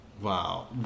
Wow